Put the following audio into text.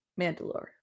Mandalore